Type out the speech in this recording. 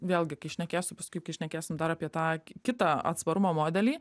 vėlgi kai šnekėsiu paskui kai šnekėsim dar apie tą kitą atsparumo modelį